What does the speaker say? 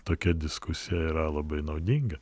tokia diskusija yra labai naudinga